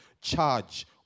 charge